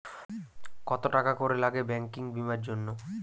কত টাকা করে লাগে ব্যাঙ্কিং বিমার জন্য?